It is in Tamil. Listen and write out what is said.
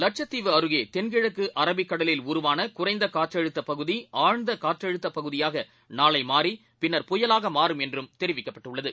லட்சத்தீவு அருகேதென்கிழக்குஅரபிக் கடலில் உருவானகுறைந்தகாற்றழுத்தபகுதிஆழ்ந்தகாற்றழுத்தபகுதியாகநாளைமாறிபின்னர் புயலாகமாறும் என்றுதெரிவிக்கப்பட்டுள்ளது